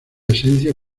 esencia